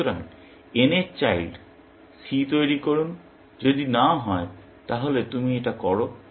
সুতরাং n এর child C তৈরি করুন যদি না হয় তাহলে তুমি এটা করো